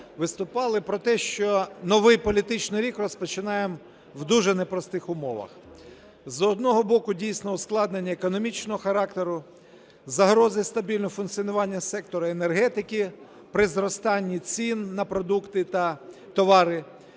виступали, про те, що новий політичний рік розпочинаємо в дуже непростих умовах: з одного боку, дійсно ускладнення економічного характеру, загрози стабільного функціонування сектору енергетики при зростанні цін на продукти та товари,